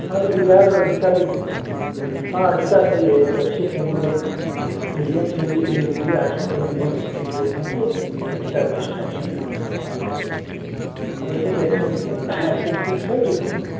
हर Dzire और Ertiga भी हाँ अर्टिगा सही है अच्छी फे मतलब मीडीयम फेमिली के लिए ही आठ नौ के मेम्बर लोग हैं तो अर्टिगा बेस्ट ऑप्शन है हमारी पास अब ऐसे तो एक्सेल सीधा फिक्स है जो कि